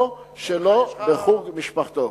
או שלא בחוג משפחתו.